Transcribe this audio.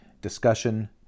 Discussion